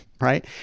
Right